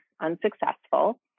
unsuccessful